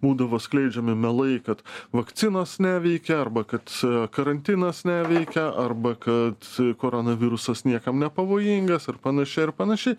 būdavo skleidžiami melai kad vakcinos neveikia arba kad karantinas neveikia arba kad koronavirusas niekam nepavojingas ar panašiai ir panašiai